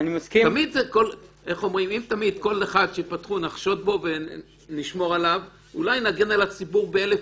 אם תמיד כל אחד שפתחו לו תיק ונשמור עליו לא ינגן בציבור ב-1,001,